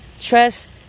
Trust